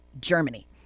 Germany